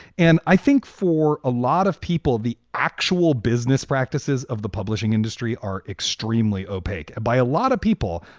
and i think for a lot of people, the actual business practices of the publishing industry are extremely opaque by a lot of people.